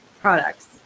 products